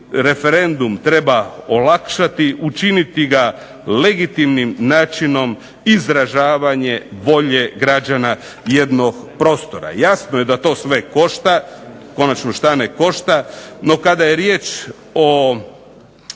referendum treba olakšati, učiniti ga legitimnim načinom izražavanje volje građana jednog prostora. Jasno je da to sve košta. Konačno šta ne košta? No, kada je riječ o